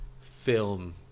film